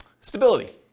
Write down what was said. stability